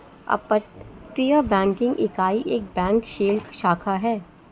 अपतटीय बैंकिंग इकाई एक बैंक शेल शाखा है